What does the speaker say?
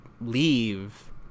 leave